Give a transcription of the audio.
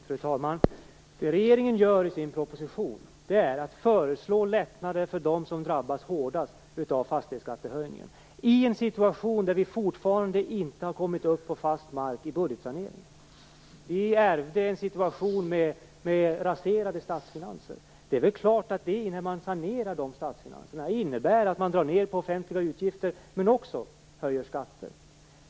Fru talman! Det regeringen gör i sin proposition är att föreslå lättnader för dem som drabbas hårdast av fastighetsskattehöjningen - i en situation där vi fortfarande inte har kommit upp på fast mark i budgetsaneringen. Vi ärvde en situation med raserade statsfinanser. När man sanerar dessa statsfinanser innebär det naturligtvis att man drar ned på offentliga utgifter men också att man höjer skatter.